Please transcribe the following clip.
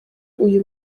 uyu